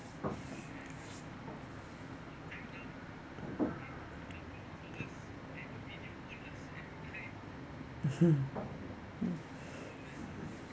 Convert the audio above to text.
mmhmm mm